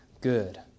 good